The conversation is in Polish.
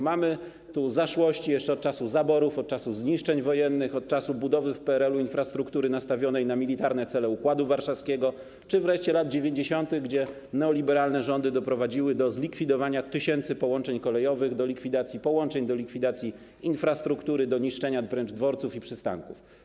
Mamy tu zaszłości jeszcze z czasów zaborów, z czasów zniszczeń wojennych, z czasów budowy w PRL infrastruktury nastawionej na militarne cele Układu Warszawskiego czy wreszcie z lat 90., kiedy neoliberalne rządzy doprowadziły do zlikwidowania tysięcy połączeń kolejowych, do likwidacji infrastruktury, do niszczenia wręcz dworców i przystanków.